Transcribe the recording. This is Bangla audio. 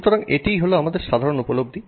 সুতরাং এটিই হলো আমাদের সাধারণ উপলব্ধি